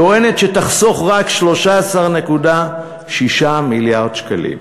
טוענת שתחסוך רק 13.6 מיליארד שקלים.